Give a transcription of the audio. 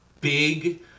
big